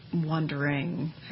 wondering